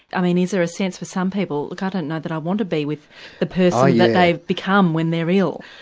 i mean is there a sense for some people, look i don't know that i want to be with the person that they've become when they're ill?